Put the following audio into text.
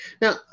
Now